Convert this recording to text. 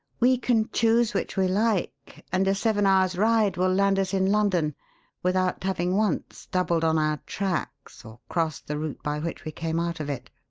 we can choose which we like, and a seven hours' ride will land us in london without having once doubled on our tracks or crossed the route by which we came out of it.